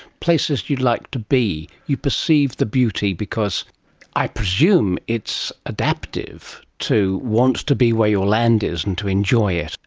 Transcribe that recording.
places you'd like to be, you perceive the beauty because i presume it's adaptive to want to be where your land is and to enjoy it.